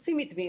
עושים מתווים.